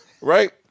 right